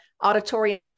auditorium